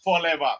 forever